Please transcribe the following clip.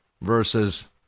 versus